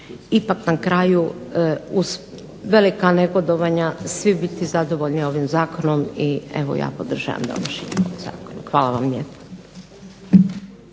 ipak na kraju uz velika negodovanja svi biti zadovoljni ovim zakonom i evo ja podržavam donošenje ovog zakona. Hvala vam lijepa.